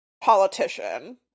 politician